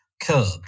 curbed